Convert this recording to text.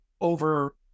over